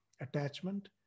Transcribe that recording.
attachment